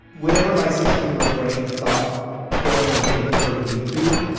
whatever my sixteen year old brain thought going on a date with her would lead to,